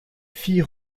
fille